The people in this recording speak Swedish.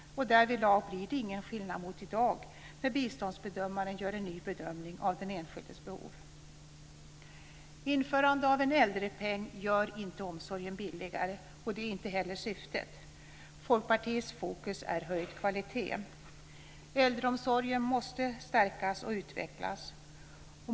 Därvidlag blir det ingen skillnad mot i dag när biståndsbedömaren gör en ny bedömning av den enskildes behov. Införandet av en äldrepeng gör inte omsorgen billigare. Det är inte heller syftet. Folkpartiets fokus är höjd kvalitet. Äldreomsorgen måste stärkas och utvecklas.